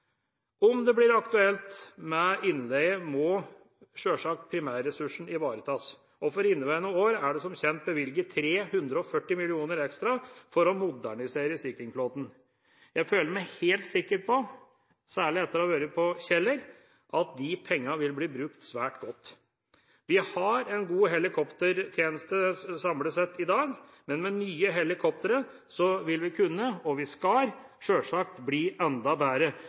Om det blir aktuelt med innleie, må sjølsagt primærressursen ivaretas. For inneværende år er det som kjent bevilget 340 mill. kr ekstra for å modernisere Sea King-flåten. Jeg føler meg helt sikker på, særlig etter å ha vært på Kjeller, at de pengene vil bli brukt svært godt. Vi har en god helikoptertjeneste samlet sett i dag, men med nye helikoptre vil vi kunne – og vi skal, sjølsagt – bli enda bedre.